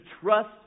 trust